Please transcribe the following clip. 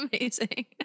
Amazing